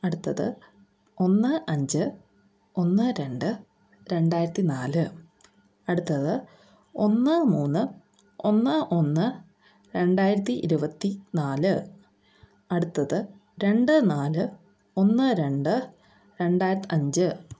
അടുത്തത് ഒന്ന് അഞ്ച് ഒന്ന് രണ്ട് രണ്ടായിരത്തിനാല് അടുത്തത് ഒന്ന് മൂന്ന് ഒന്ന് ഒന്ന് രണ്ടായിരത്തി ഇരുപത്തിനാല് അടുത്തത് രണ്ട് നാല് ഒന്ന് രണ്ട് രണ്ടായിരത്തി അഞ്ച്